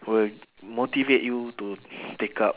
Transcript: will motivate you to take up